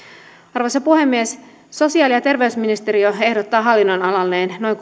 arvoisa puhemies sosiaali ja terveysministeriö ehdottaa hallinnonalalleen noin